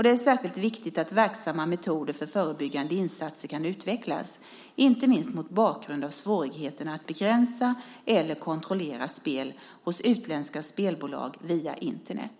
Det är särskilt viktigt att verksamma metoder för förebyggande insatser kan utvecklas, inte minst mot bakgrund av svårigheterna att begränsa eller kontrollera spel hos utländska spelbolag via Internet.